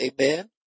Amen